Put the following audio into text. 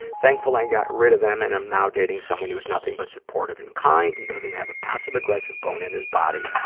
thankfully, i got rid of them and i'm now dating someone who's nothing but supportive and kind and doesn't have a passive-aggressive bone in his body,